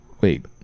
Wait